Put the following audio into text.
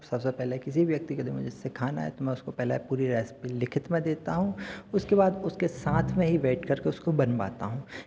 सबसे पहले किसी व्यक्ति को यदि मुझे सिखाना है तो मैं उसको पहले पूरी रेसिपी लिखित में देता हूं उसके बाद उसके साथ में ही बैठ करके उसको बनवाता हूं